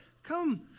Come